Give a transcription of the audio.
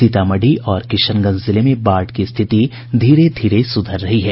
सीतामढ़ी और किशनगंज जिले में बाढ़ की स्थिति धीरे धीरे सुधर रही है